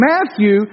Matthew